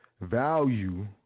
Value